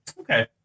okay